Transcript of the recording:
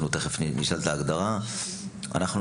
אני